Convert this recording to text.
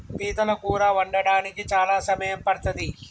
పీతల కూర వండడానికి చాలా సమయం పడ్తది